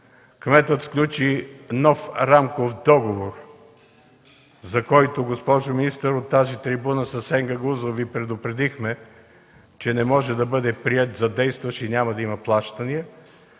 кметът сключи нов рамков договор, за който, госпожо министър, от тази трибуна с Асен Гагаузов Ви предупредихме, че не може да бъде приет за действащ и няма да има плащания.